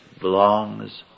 belongs